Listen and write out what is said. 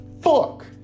fuck